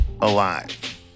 alive